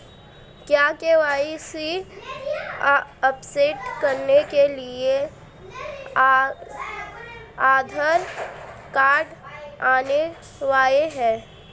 क्या KYC update करने के लिए आधार कार्ड अनिवार्य है?